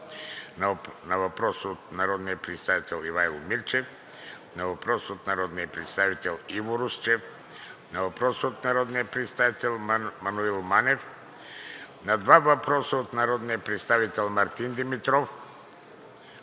на въпрос от народния представител Ивайло Мирчев; на въпрос от народния представител Иво Русчев; на въпрос от народния представител Маноил Манев; на два въпроса от народния представител Мартин Димитров;